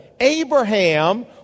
Abraham